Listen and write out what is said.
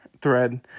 thread